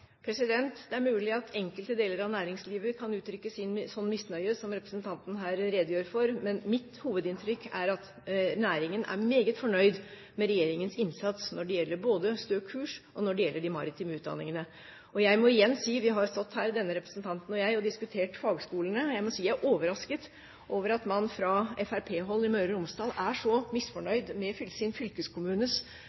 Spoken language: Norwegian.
Det er mulig at enkelte deler av næringslivet kan uttrykke sånn misnøye som representanten her redegjør for, men mitt hovedinntrykk er at næringen er meget fornøyd med regjeringens innsats når det gjelder både Stø kurs, og når det gjelder de maritime utdanningene. Vi har stått her – denne representanten og jeg – og diskutert fagskolene, og jeg må si at jeg er overrasket over at man fra fremskrittspartihold i Møre og Romsdal er så